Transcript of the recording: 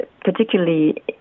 particularly